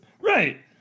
Right